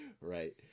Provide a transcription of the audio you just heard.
Right